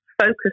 focus